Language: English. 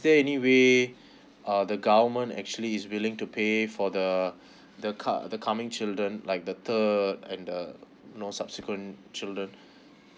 there anyway uh the government actually is willing to pay for the the come the coming children like the third and the know subsequent children